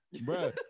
Bro